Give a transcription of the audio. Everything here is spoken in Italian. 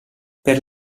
per